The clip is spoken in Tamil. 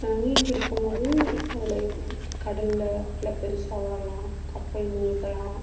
மீன் பிடிக்கும்போது அதில் கடலில் அலை பெருசாக வரலாம் கப்பல் முழுகலாம்